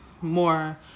more